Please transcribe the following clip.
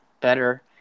better